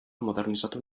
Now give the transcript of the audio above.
modernizatu